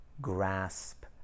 grasp